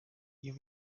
you